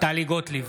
טלי גוטליב,